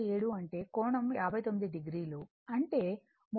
47 అంటే కోణం 59 o అంటే 38